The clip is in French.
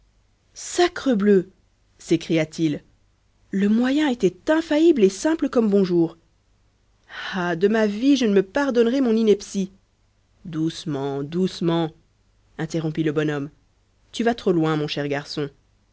sacrebleu s'écria-t-il le moyen était infaillible et simple comme bonjour ah de ma vie je ne me pardonnerai mon ineptie doucement doucement interrompit le bonhomme tu vas trop loin mon cher garçon